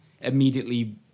immediately